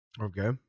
Okay